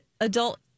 adult